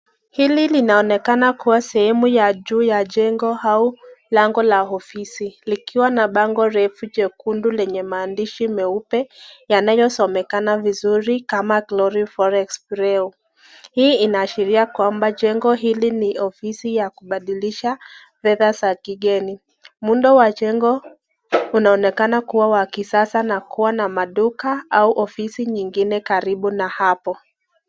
Hili linaonekana kuwa sehemu ya juu ya jengo au lango la ofisi, likiwa na bango refu kubwa jekundu lenye maandishi meupe yanayo someka vizuri kama (cs)Glory Forex Bureau(cs). Hii inaashiria kwamba jengo hili ni ofisi ya kubadilisha fedha za kigeni. Muundo wa jengo unaonekana kuwa wa kisasa na kuwa na maduka au ofisi nyingine karibu na hapo.